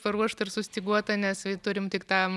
paruošta ir sustyguota nes turim tik tam